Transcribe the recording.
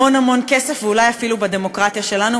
המון המון כסף ואולי אפילו בדמוקרטיה שלנו,